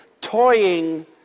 toying